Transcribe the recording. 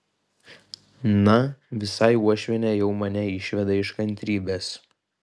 na visai uošvienė jau mane išveda iš kantrybės